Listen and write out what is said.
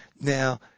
Now